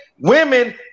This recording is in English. women